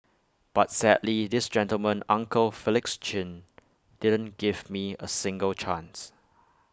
but sadly this gentleman uncle Felix chin didn't give me A single chance